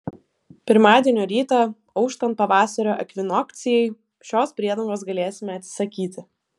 pirmadienio rytą auštant pavasario ekvinokcijai šios priedangos galėsime atsisakyti